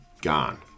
gone